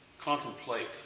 contemplate